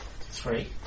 three